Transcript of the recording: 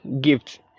gift